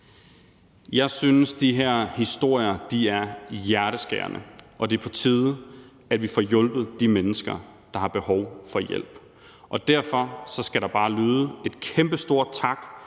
Jeg synes, de her historier er hjerteskærende, og det er på tide, at vi får hjulpet de mennesker, der har behov for hjælp. Derfor skal der bare lyde en kæmpestor tak